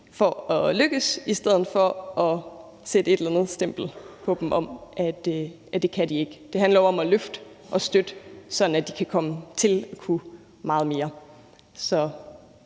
for at lykkes i stedet for at sætte et eller andet stempel på dem om, at det kan de ikke. Det handler jo om at løfte og støtte dem, sådan at de kan komme til at kunne meget mere.